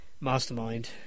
Mastermind